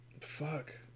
Fuck